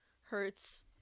hurts